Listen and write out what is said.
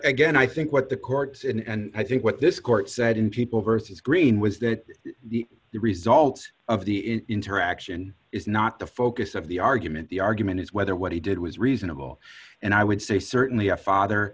again i think what the courts and i think what this court said in people versus greene was that the results of the interaction is not the focus of the argument the argument is whether what he did was reasonable and i would say certainly a father